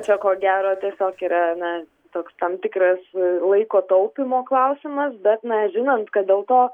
čia ko gero tiesiog yra na toks tam tikras laiko taupymo klausimas bet na žinant kad dėl to